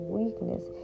weakness